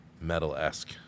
metal-esque